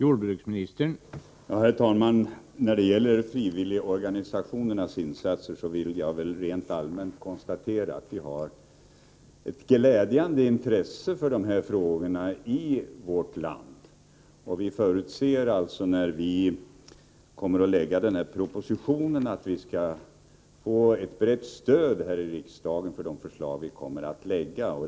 Herr talman! När det gäller frivilligorganisationernas insatser vill jag rent allmänt konstatera att det finns ett glädjande intresse för dessa frågor i vårt land. Vi förutsätter alltså att vi, när vi lagt den här propositionen, kommer att få ett brett stöd för förslagen här i riksdagen.